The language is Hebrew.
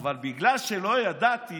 אבל בגלל שלא ידעתי